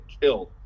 killed